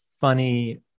funny